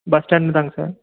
bus stand தான்ங்க sir